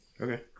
Okay